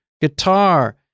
guitar